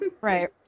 Right